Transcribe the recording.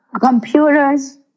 computers